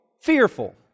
fearful